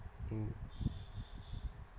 mm